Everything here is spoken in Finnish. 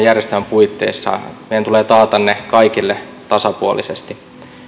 järjestelmän puitteissa meidän tulee taata ne kaikille tasapuolisesti